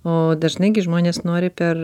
o dažnai gi žmonės nori per